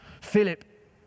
Philip